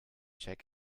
check